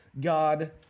God